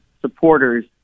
supporters